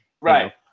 Right